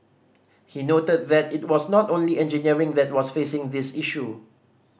he noted that it was not only engineering that was facing this issue